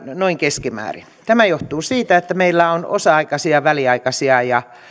noin keskimäärin tämä johtuu siitä että meillä on osa aikaisia väliaikaisia ja